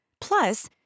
Plus